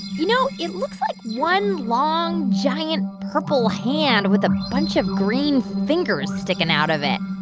you know, it looks like one long, giant, purple hand with a bunch of green fingers sticking out of it.